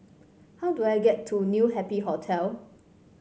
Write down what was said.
how do I get to New Happy Hotel